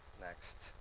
next